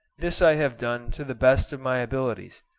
this i have done to the best of my abilities,